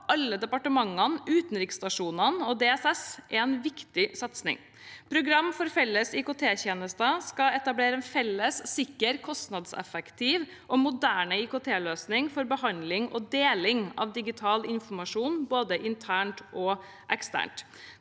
alle departementene, utenriksstasjonene og DSS er en viktig satsing. Program for felles IKT-tjenester skal etablere en felles, sikker, kostnadseffektiv og moderne IKT-løsning for behandling og deling av digital informasjon, både internt og eksternt.